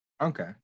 Okay